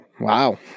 Wow